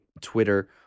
Twitter